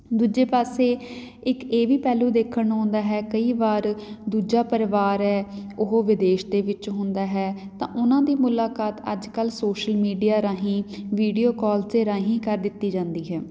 ਦੂਜੇ ਪਾਸੇ ਇੱਕ ਇਹ ਵੀ ਪਹਿਲੂ ਦੇਖਣ ਨੂੰ ਆਉਂਦਾ ਹੈ ਕਈ ਵਾਰ ਦੂਜਾ ਪਰਿਵਾਰ ਹੈ ਉਹ ਵਿਦੇਸ਼ ਦੇ ਵਿੱਚ ਹੁੰਦਾ ਹੈ ਤਾਂ ਉਹਨਾਂ ਦੀ ਮੁਲਾਕਾਤ ਅੱਜ ਕੱਲ੍ਹ ਸੋਸ਼ਲ ਮੀਡੀਆ ਰਾਹੀਂ ਵੀਡੀਓ ਕਾਲ ਦੇ ਰਾਹੀਂ ਕਰ ਦਿੱਤੀ ਜਾਂਦੀ ਹੈ